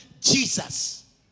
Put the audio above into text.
Jesus